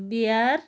Bihar